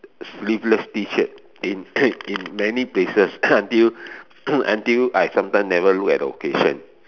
sleeveless T shirt in in many places until until I sometimes never look at the occasion